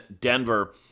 Denver